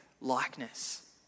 likeness